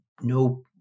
no